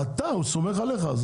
הוא סומך עליך.